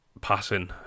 passing